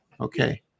Okay